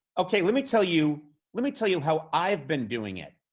okay, let me tell you let me tell you how i have been doing it.